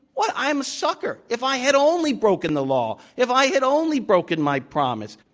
well, i'm a sucker. if i had only broken the law, if i had only broken my promise,